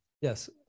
yes